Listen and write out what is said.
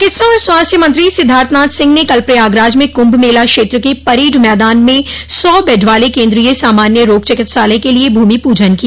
चिकित्सा और स्वास्थ्य मंत्री सिद्धार्थनाथ सिंह ने कल प्रयागराज में कुंभ मेला क्षेत्र के परेड मैदान में सौ बेड वाले केन्द्रीय सामान्य रोग चिकित्सालय के लिए भूमि पूजन किया